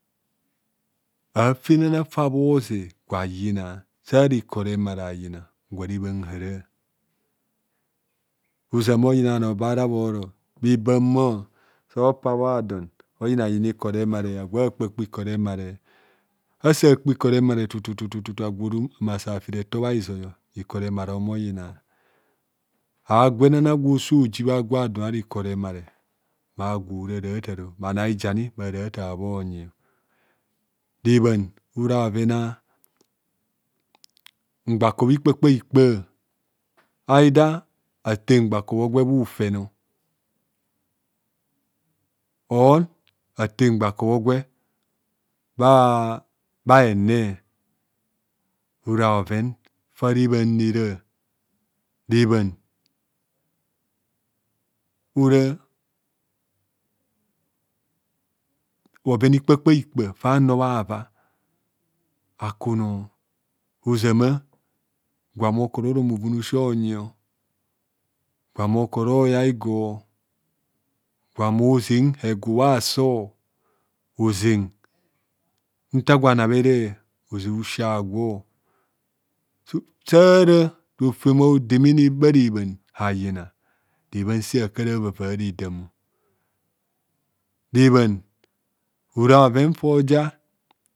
. Afenna fa bhoze gwa yina sara ikor remare ayina gwa rebhan hara ozama oyina bhanor bharabhoro bhebamor so pa bhadon oyinayina ikor remare agwo akpakpe ikor remare asa kpe ikor remare tutututu agwo orom mma safi retor bha hizoi ikor remare omor yina agwenanana gwo so ji bha gwa don ara ikor remare ma agwo ora ara tavo bhanor a'hijani mara bhatar bhonyi. Rebhan ora mgbakobho ikpakpaikpa ida ate mgbakobho gwe bhufen or ate mgbakobhogwe bha hene ora bhoven fa re bhan rera. Rebhan ora bhoven ikpakpaikpa fanor bhava akunor ozama gwa mo koro rom bhoven a'osi onyio gwa mozen hegue asor oze nta gwo anabhere oze usi a'gwo sara rofem a'odemene bhare bhan ayina rebhan se akaravavaredam rebhan ora bhoven foja